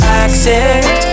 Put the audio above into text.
accent